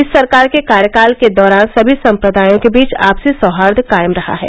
इस सरकार के कार्यकाल के दौरान सभी सम्प्रदायों के बीच आपसी सौहाई कायम रहा है